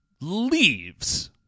leaves